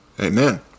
Amen